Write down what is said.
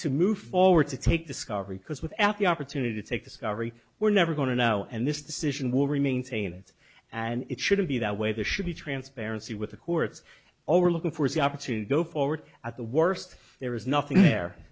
to move forward to take discovery because without the opportunity to take discovery we're never going to now and this decision will remain saying it and it shouldn't be that way the should be transparency with the courts over looking for the opportunity to go forward at the worst there is nothing there